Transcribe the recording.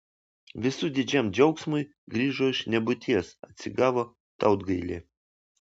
visų didžiam džiaugsmui grįžo iš nebūties atsigavo tautgailė